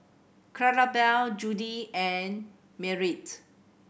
Clarabelle Jody and Merritt